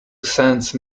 sense